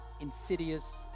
insidious